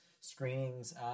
screenings